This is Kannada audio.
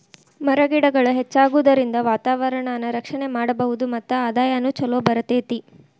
ಮರ ಗಿಡಗಳ ಹೆಚ್ಚಾಗುದರಿಂದ ವಾತಾವರಣಾನ ರಕ್ಷಣೆ ಮಾಡಬಹುದು ಮತ್ತ ಆದಾಯಾನು ಚುಲೊ ಬರತತಿ